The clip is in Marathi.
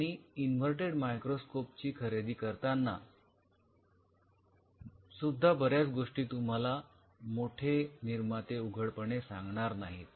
आणि इन्वर्तेड मायक्रोस्कॉपे ची खरेदी करताना सुद्धा बऱ्याच गोष्टी तुम्हाला मोठे निर्माते उघडपणे सांगणार नाहीत